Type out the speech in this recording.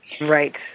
right